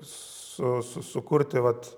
su su sukurti vat